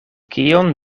kion